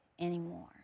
anymore